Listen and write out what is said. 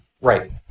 Right